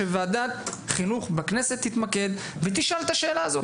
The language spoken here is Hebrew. שוועדת חינוך בכנסת תתמקד ותשאל את השאלה הזו.